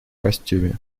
костюме